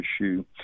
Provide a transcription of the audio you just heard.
issue